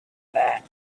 that